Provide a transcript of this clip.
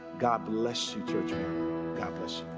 god bless you, georgia campus